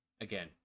again